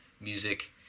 music